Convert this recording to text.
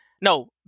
No